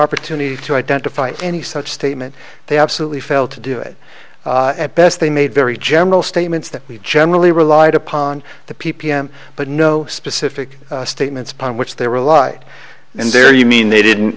opportunity to identify any such statement they absolutely failed to do it at best they made very general statements that we generally relied upon the p p m but no specific statements upon which they relied and there you mean they didn't